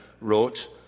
wrote